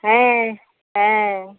ᱦᱮᱸ ᱦᱮᱸ